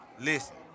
Listen